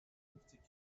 fünfzig